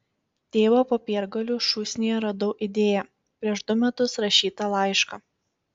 tėvo popiergalių šūsnyje radau idėją prieš du metus rašytą laišką